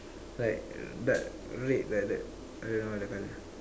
like but red like that I don't know what the colour